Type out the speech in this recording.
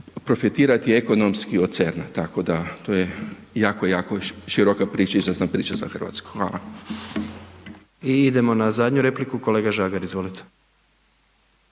profitirati ekonomski od CERN-a tako da to je jako, jako široka priča, izvrsna priča za Hrvatsku. Hvala. **Jandroković, Gordan (HDZ)** I idemo na zadnju repliku, kolega Žagar izvolite.